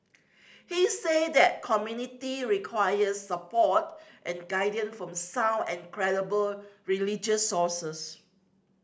he said that community requires support and guidance from sound and credible religious sources